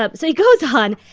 ah so he goes on.